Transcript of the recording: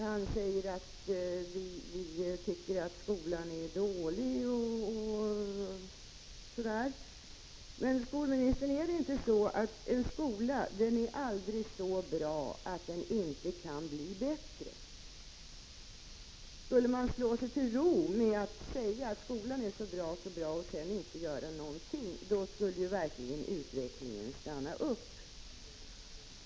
Han säger att vi tycker att skolan är dålig. Men, skolministern, är det inte så att en skola aldrig är så bra att den inte kan bli bättre? Skulle man slå sig till ro och säga att skolan är så bra, och sedan inte göra någonting, då skulle verkligen utvecklingen stanna upp.